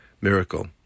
miracle